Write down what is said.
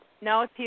No